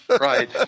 Right